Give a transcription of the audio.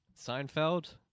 Seinfeld